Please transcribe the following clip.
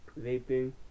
vaping